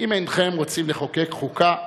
"אם אינכם רוצים לחוקק חוקה,